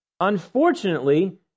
Unfortunately